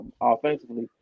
offensively